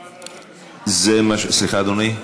סליחה, אדוני,